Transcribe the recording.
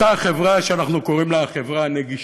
אותה חברה שאנחנו קוראים לה חברה נגישה,